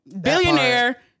Billionaire